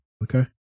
Okay